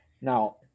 Now